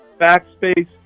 backspace